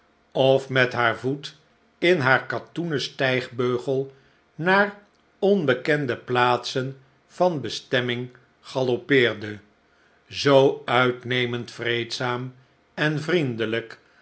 of met haar voet in haar katoenen stijgbeugel naar onbekende plaatsen van bestemming galoppeerde zoo uitnemend vreedzaam en vriendelijk